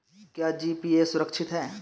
क्या जी.पी.ए सुरक्षित है?